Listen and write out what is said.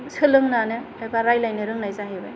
सोलोंनानो एबा रायलायनो रोंनाय जाहैबाय